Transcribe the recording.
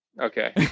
okay